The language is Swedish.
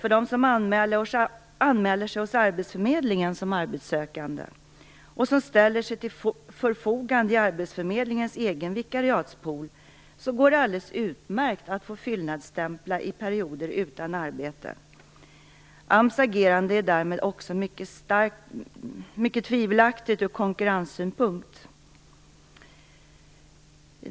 För dem som anmäler sig hos Arbetsförmedlingen som arbetssökande och som ställer sig till förfogande i Arbetsförmedlingens egen vikariatspool går det däremot alldeles utmärkt att få fyllnadsstämpla under perioder då de är utan arbete. AMS agerande är därmed också mycket tvivelaktigt ur konkurrenssynpunkt.